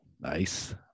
Nice